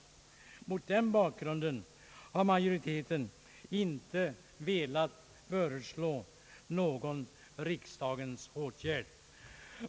Mot den bakgrunden har majoriteten inte velat föreslå någon riksdagens åtgärd.